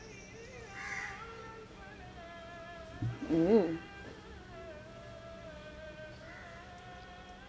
mm